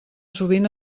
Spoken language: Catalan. sovint